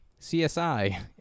CSI